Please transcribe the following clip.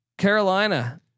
Carolina